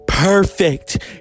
Perfect